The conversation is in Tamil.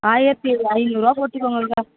ஆயிரத்து ஐநூறுரூவா போட்டுக்கோங்க அக்கா